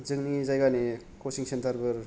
जोंनि जायगानि कसिं सेन्टारफोर